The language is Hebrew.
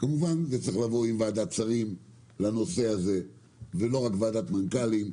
כמובן שצריך לבוא לוועדת שרים עם הנושא הזה ולא רק ועדת מנכ"לים.